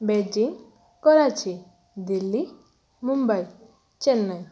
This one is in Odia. ବେଜିଂ କରାଚୀ ଦିଲ୍ଲୀ ମୁମ୍ୱାଇ ଚେନ୍ନାଇ